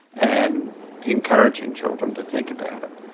and encouraging children to think about it.